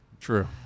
True